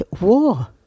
war